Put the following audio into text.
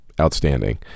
outstanding